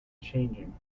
changing